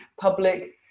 public